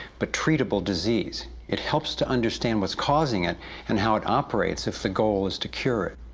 but treatable disease. it helps to understand what's causing it and how it operates if the goal is to cure it.